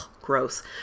gross